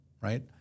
right